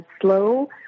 slow